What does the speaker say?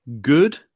Good